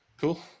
cool